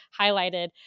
highlighted